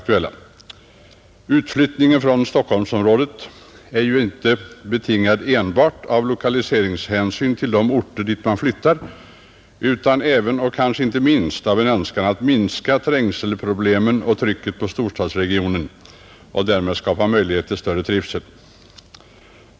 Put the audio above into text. Utflyttningen från Stockholmsområdet är ju inte betingad enbart av lokaliseringshänsyn till de orter dit man flyttar utan även, och kanske inte minst, av en önskan att minska trängselproblemen och trycket på storstadsregionen och därmed skapa möjlighet till större trivsel.